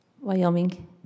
Wyoming